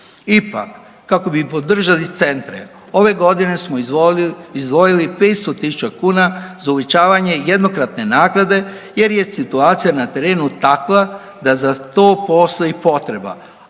Ipak kako bi podržali centre ove godine smo izdvojili 500.000 kuna za uvećavanje jednokratne naknade jer je situacija na terenu takva da za to postoji potreba,